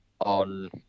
on